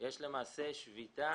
יש למעשה שביתה.